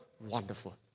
wonderful